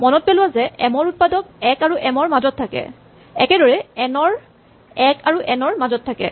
মনত পেলোৱা যে এম ৰ উৎপাদক ১ আৰু এম ৰ মাজত থাকে একেদৰেই এন ৰ ১ আৰু এন ৰ মাজত থাকে